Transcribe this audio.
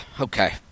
okay